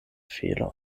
felon